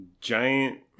giant